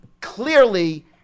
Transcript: Clearly